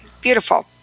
beautiful